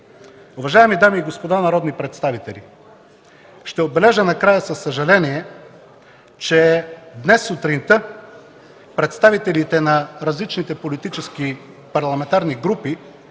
Уважаеми дами и господа народни представители, ще отбележа накрая със съжаление, че днес сутринта представителите на различните политически парламентарни групи